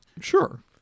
Sure